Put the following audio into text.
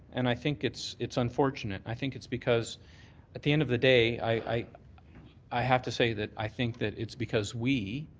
and i think it's it's unfortunate. i think it's because at the end of the day i i have to say that i think that it's because we